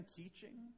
teaching